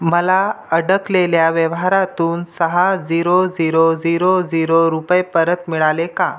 मला अडकलेल्या व्यवहारातून सहा झिरो झिरो झिरो झिरो रुपये परत मिळाले का